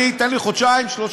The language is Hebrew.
תן לי חודשיים-שלושה,